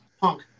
Punk